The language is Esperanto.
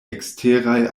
eksteraj